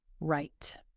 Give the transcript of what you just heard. right